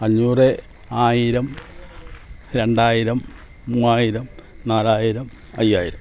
അഞ്ഞൂറ് ആയിരം രണ്ടായിരം മൂവായിരം നാലായിരം അയ്യായിരം